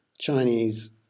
Chinese